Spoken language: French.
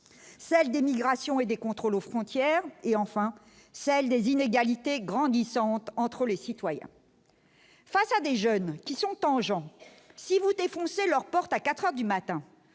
celle des migrations et des contrôles aux frontières et enfin celle des inégalités grandissantes entre les citoyens face à des jeunes qui sont tangents si vous défoncer leur porte à 4 heures du matin